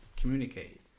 communicate